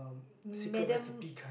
Madam